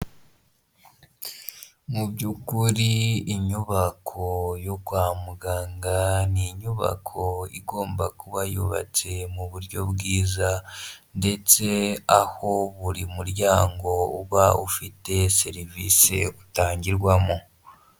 Mu by'ukuri inyubako yo kwa muganga, ni inyubako igomba kuba yubatse mu buryo bwiza, ndetse aho buri muryango uba ufite serivise utangirwamo.